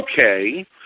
okay